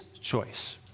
choice